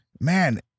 man